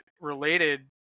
related